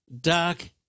dark